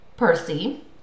Percy